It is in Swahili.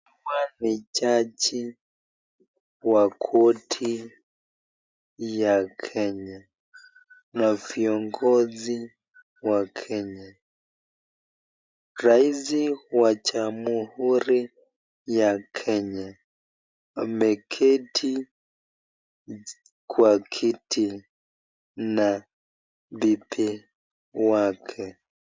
Hawa ni jaji wa korti ya Kenya na viongozi wa Kenya. Rais wa jamhuri ya Kenya ameketi kwa kiti na bibi wake.